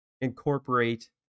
incorporate